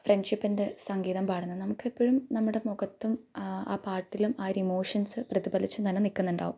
ഫ്രണ്ട്ഷിപ്പിൻ്റെ സംഗീതം പാടുന്നത് നമുക്ക് എപ്പോഴും നമ്മുടെ മുഖത്തും ആ ആ പാട്ടിലും ആ ഒരു ഇമോഷൻസ് പ്രതിഭലിച്ച് തന്നെ നിൽക്കുന്നുണ്ടാവും